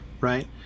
Right